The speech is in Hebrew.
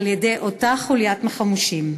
על-ידי אותה חוליית חמושים.